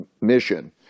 mission